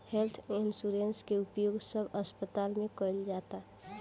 health insurance के उपयोग सब अस्पताल में कईल जाता